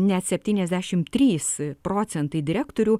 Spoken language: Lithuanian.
net spetyniasdešimt trys procentai direktorių